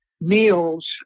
meals